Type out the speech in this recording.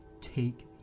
Take